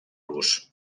los